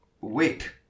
Wait